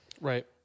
Right